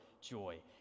joy